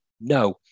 no